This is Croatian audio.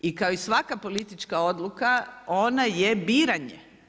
I kao i svaka politička odluka, ona je biranje.